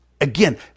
again